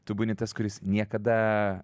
tu būni tas kuris niekada